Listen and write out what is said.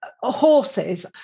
horses